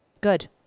Good